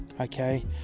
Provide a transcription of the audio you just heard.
Okay